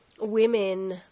women